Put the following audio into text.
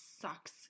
sucks